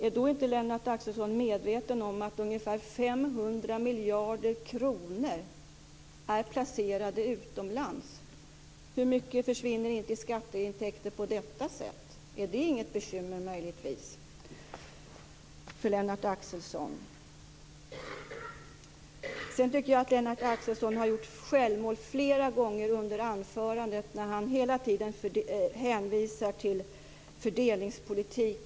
Är då inte Lennart Axelsson medveten om att ungefär 500 miljarder kronor är placerade utomlands? Hur mycket försvinner inte i skatteintäkter på detta sätt? Är inte det möjligtvis något bekymmer för Lennart Axelsson? Sedan tycker jag att Lennart Axelsson har gjort självmål flera gånger under anförandet när han hela tiden hänvisar till fördelningspolitiken.